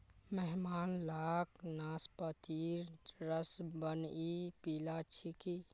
मेहमान लाक नाशपातीर रस बनइ पीला छिकि